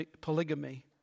polygamy